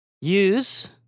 use